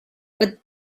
but